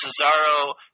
Cesaro